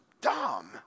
dumb